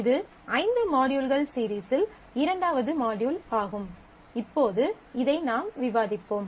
இது ஐந்து மாட்யூல்கள் சீரிஸில் இரண்டாவது மாட்யூல் ஆகும் இப்போது இதை நாம் விவாதிப்போம்